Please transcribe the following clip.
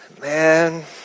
man